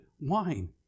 wine